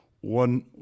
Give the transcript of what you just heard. One